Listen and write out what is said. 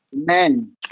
Amen